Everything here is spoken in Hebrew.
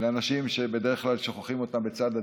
לאנשים שבדרך כלל שוכחים אותם בצד הדרך,